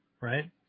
right